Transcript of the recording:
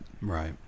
right